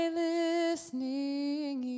listening